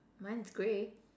mine is gray